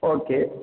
okay